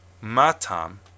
Matam